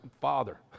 Father